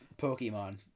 Pokemon